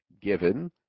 given